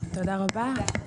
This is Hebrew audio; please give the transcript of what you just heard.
תודה רבה.